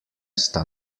sta